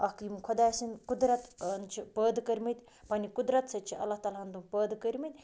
اَکھ یِم خۄداے سٕنٛدۍ قُدرَتَن چھِ پٲدٕ کٔرۍ مٕتۍ پنٛنہِ قُدرَت سۭتۍ چھِ اللہ تعالیٰ ہَن تِم پٲدٕ کٔرۍ مٕتۍ